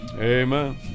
amen